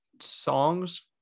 songs